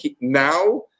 now